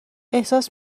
احساس